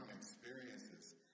experiences